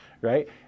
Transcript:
right